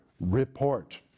report